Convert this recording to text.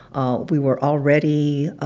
ah we were already